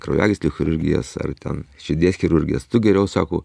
kraujagyslių chirurgijas ar ten širdies chirurgijas tu geriau sako